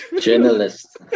journalist